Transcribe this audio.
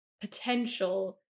potential